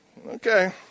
Okay